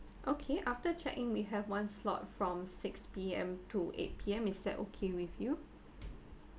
okay after check in we have one slot from six P_M to eight P_M is that okay with you